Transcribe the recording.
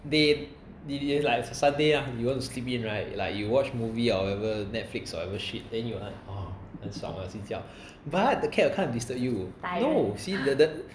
they is is like saturday ah you want to sleep in right like you watch movie or whatever Netflix or whatever shit then you like !wah! 很爽啊睡觉 but the cat will come and disturb you no see the the